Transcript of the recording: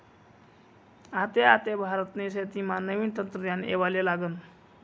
आते आते भारतनी शेतीमा नवीन तंत्रज्ञान येवाले लागनं